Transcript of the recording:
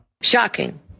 Shocking